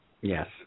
Yes